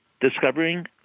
discovering